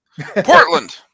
Portland